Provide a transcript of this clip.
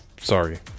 sorry